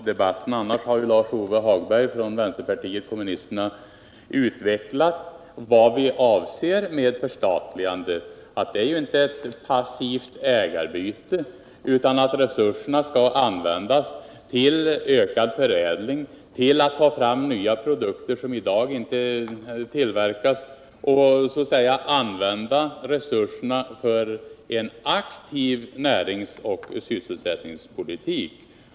Herr talman! Det är möjligt att industriministern inte hört den förra delen av debatten. Där har Lars-Ove Hagberg utvecklat vad vi från vänsterpartiet kommunisterna avser med förstatligande — det är inte passivt ägarbyte, utan resurserna skall användas till ökad förädling, till att ta fram nya produkter som i dag inte tillverkas. Resurserna skall användas för en aktiv näringsoch sysselsättningspolitik.